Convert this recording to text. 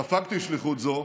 ספגתי שליחות זו